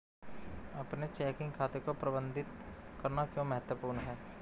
अपने चेकिंग खाते को प्रबंधित करना क्यों महत्वपूर्ण है?